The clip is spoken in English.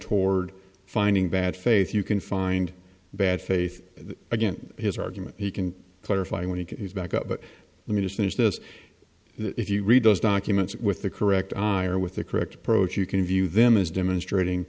toward finding bad faith you can find bad faith again his argument he can clarify when he can back up but let me just finish this if you read those documents with the correct eye or with the correct approach you can view them as demonstrating